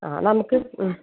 ആ നമുക്ക് ആ